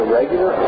regular